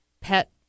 pet